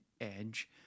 Edge